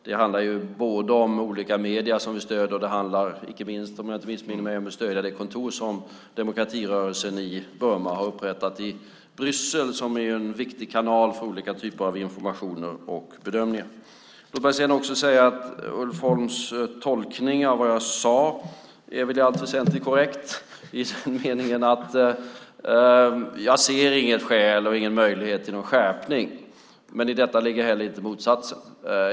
Det handlar om olika medier som vi stöder och inte minst stöd till de kontor som demokratirörelsen i Burma har upprättat i Bryssel, som ju är en viktig kanal för olika typer av informationer och bedömningar. Låt mig säga att Ulf Holms tolkning av vad jag sade i allt väsentligt är korrekt i den meningen att jag inte ser något skäl eller någon möjlighet till skärpning. Men i detta ligger inte heller motsatsen.